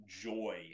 joy